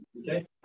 Okay